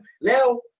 Now